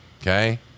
Okay